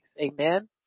Amen